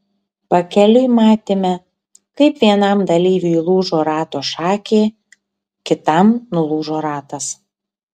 pakeliui matėme kaip vienam dalyviui lūžo rato šakė kitam nulūžo ratas